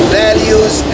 values